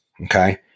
okay